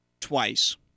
twice